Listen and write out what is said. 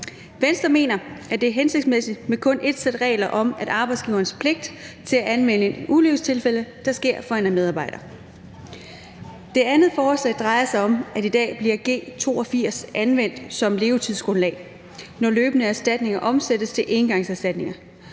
Venstre mener, at det er hensigtsmæssigt med kun ét sæt regler om arbejdsgivernes pligt til at anmelde et ulykkestilfælde, der sker for en medarbejder. Det andet forslag drejer sig om, at G82 i dag bliver anvendt som levetidsgrundlag, når løbende erstatninger omsættes til engangserstatninger.